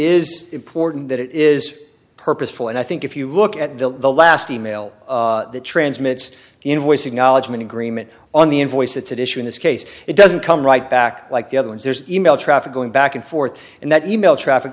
is important that it is purposeful and i think if you look at the last email that transmits the invoice acknowledgement agreement on the invoice it's an issue in this case it doesn't come right back like the other ones there's e mail traffic going back and forth and that e mail traffic